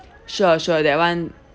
sure sure that [one]